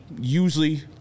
usually